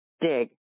dig